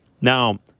Now